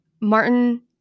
Martin